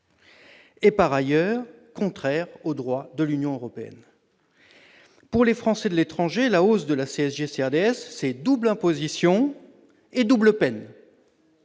est par ailleurs contraire au droit de l'Union européenne. Pour les Français de l'étranger, la hausse de la CSG et de la CRDS, c'est double imposition et double peine